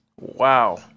Wow